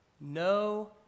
no